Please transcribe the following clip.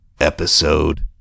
episode